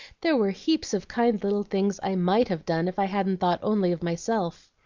there were heaps of kind little things i might have done if i hadn't thought only of myself.